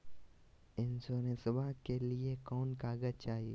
इंसोरेंसबा के लिए कौन कागज चाही?